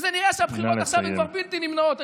וזה נראה שהבחירות עכשיו הן כבר בלתי נמנעות,